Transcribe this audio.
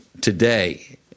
today